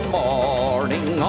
morning